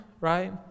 right